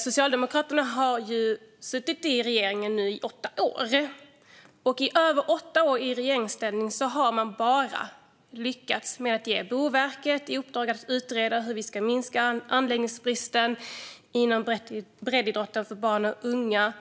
Socialdemokraterna har ju nu suttit i regeringen i åtta år och har under denna tid bara lyckats med att ge Boverket i uppdrag att utreda hur vi ska minska anläggningsbristen inom breddidrotten för barn och unga